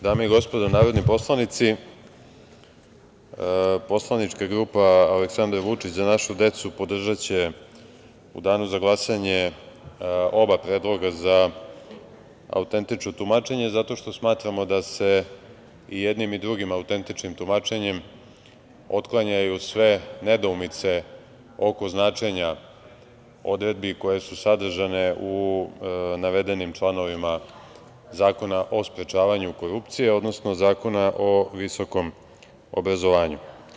Dame i gospodo narodni poslanici, poslanička grupa Aleksandar Vučić – Za našu decu podržaće u danu za glasanje oba predloga za autentično tumačenje zato što smatramo da se i jednim i drugim autentičnim tumačenjem otklanjaju sve nedoumice oko značenja odredbi koje su sadržane u navedenim članovima Zakona o sprečavanju korupcije, odnosno Zakona o visokom obrazovanju.